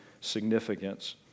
significance